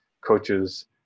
coaches